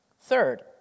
Third